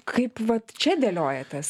kaip vat čia dėliojatės